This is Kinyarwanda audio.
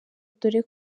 dore